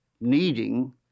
needing